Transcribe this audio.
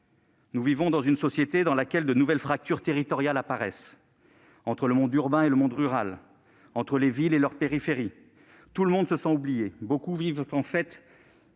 Nous vivons dans une société dans laquelle de nouvelles fractures territoriales apparaissent : entre le monde urbain et le monde rural, entre les villes et leurs périphéries ... Tout le monde se sent oublié. En réalité, beaucoup vivent leur